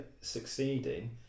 succeeding